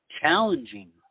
challenging